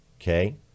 Okay